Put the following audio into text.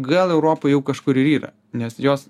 gal europoj jau kažkur ir yra nes jos